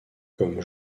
comme